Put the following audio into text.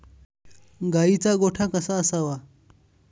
गाईचा गोठा कसा असावा?